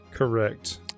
Correct